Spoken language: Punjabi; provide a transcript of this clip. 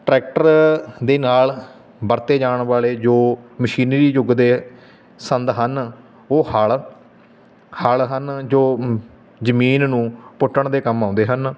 ਟਰੈਕਟਰ ਦੇ ਨਾਲ ਵਰਤੇ ਜਾਣ ਵਾਲੇ ਜੋ ਮਸ਼ੀਨਰੀ ਯੁੱਗ ਦੇ ਸੰਦ ਹਨ ਉਹ ਹਲ ਹਲ ਹਨ ਜੋ ਜਮੀਨ ਨੂੰ ਪੁੱਟਣ ਦੇ ਕੰਮ ਆਉਂਦੇ ਹਨ